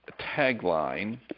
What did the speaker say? tagline